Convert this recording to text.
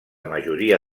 majoria